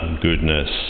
goodness